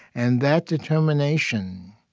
and that determination